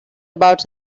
about